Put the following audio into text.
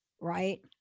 right